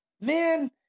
man